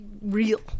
real